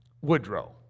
Woodrow